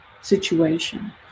situation